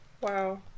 Wow